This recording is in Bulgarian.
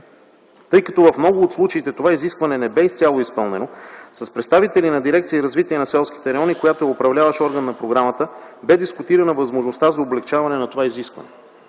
Тъй като в много от случаите това изискване не бе изцяло изпълнено, с представители на дирекция „Развитие на селските райони”, която е управляващ орган на програмата, бе дискутирана възможността за облекчаване на това изискване.